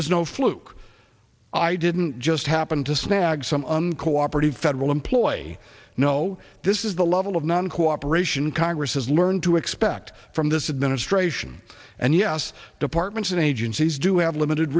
was no fluke i didn't just happen to snag some un cooperative federal employee no this is the level of non cooperation congress learned to expect from this administration and yes departments and agencies do have limited